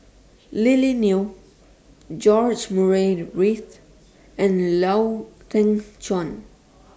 Lily Neo George Murray Reith and Lau Teng Chuan